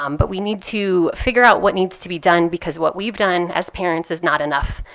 um but we need to figure out what needs to be done, because what we've done as parents is not enough.